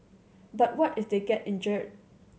but what if they get injured